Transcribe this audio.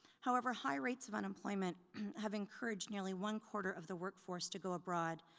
however, high rates of unemployment have encouraged nearly one quarter of the workforce to go abroad,